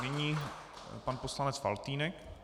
Nyní pan poslanec Faltýnek.